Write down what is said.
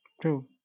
true